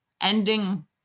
ending